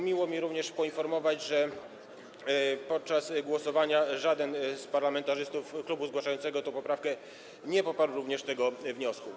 Miło mi również poinformować, że podczas głosowania żaden z parlamentarzystów klubu zgłaszającego tę poprawkę również nie poparł tego wniosku.